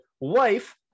wife